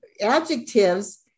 adjectives